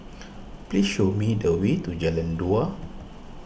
please show me the way to Jalan Dua